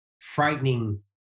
frightening